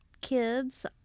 kids